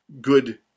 good